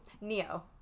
Neo